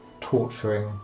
torturing